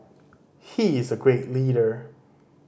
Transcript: he is a great leader